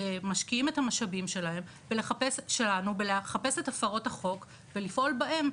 משקיעים את המשאבים שלנו בלחפש את הפרות החוק ולפעול בהן,